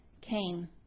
came